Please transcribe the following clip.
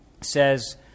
says